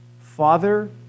Father